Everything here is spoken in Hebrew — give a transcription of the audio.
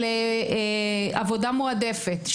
של עבודה מועדפת,